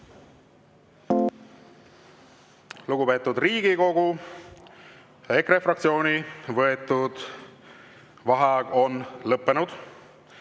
Lugupeetud Riigikogu! EKRE fraktsiooni võetud vaheaeg on lõppenud.